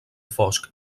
fosc